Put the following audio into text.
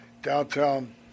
downtown